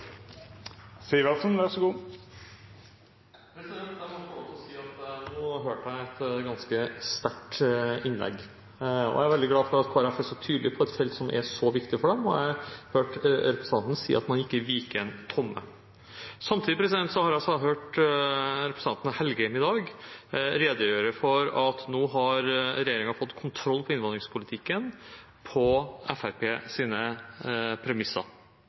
veldig glad for at Kristelig Folkeparti er så tydelig på et felt som er så viktig for dem, og jeg hørte representanten si at man ikke viker en tomme. Samtidig har jeg hørt representanten Engen-Helgheim i dag redegjøre for at regjeringen nå har fått kontroll på innvandringspolitikken på Fremskrittspartiets premisser.